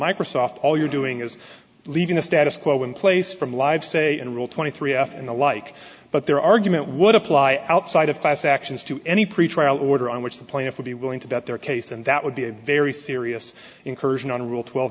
microsoft all you're doing is leaving the status quo in place from live say and rule twenty three f and the like but their argument would apply outside of class actions to any pretrial order on which the plaintiff would be willing to bet their case and that would be a very serious incursion on rule twelve